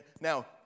Now